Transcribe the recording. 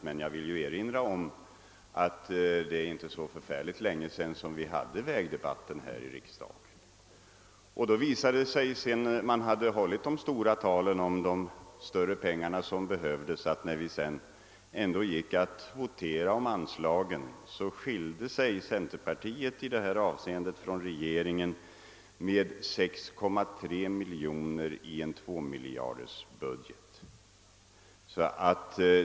Jag vill emellertid erinra om att vi hade en vägdebatt här i riksdagen för inte så länge sedan, och sedan man i den debatten hade hållit sina stora tal och förklarat hur mycket pengar som behövdes, så visade det sig när vi sedan voterade om anslaget att centerpartiets bud skilde sig från regeringens med bara 6,3 miljoner kronor — i en tvåmiljardersbudget!